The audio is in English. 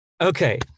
Okay